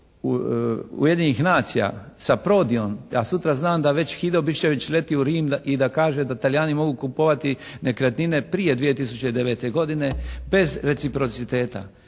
Ujedinjenih nacija sa Prodiom, da sutra znam da Hido Bišćević leti u Rim i da kaže da Talijani mogu kupovati nekretnine prije 2009. godine bez reciprociteta,